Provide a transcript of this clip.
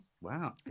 Wow